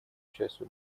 частью